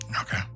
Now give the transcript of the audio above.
Okay